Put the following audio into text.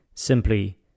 Simply